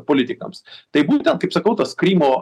politikams tai būtent kaip sakau tas krymo